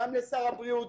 גם לשר הבריאות,